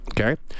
Okay